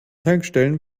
tankstellen